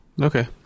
Okay